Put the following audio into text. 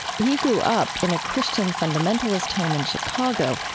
he grew up in a christian fundamentalist home in chicago,